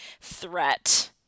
threat